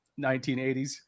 1980s